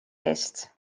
eest